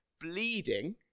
bleeding